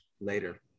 later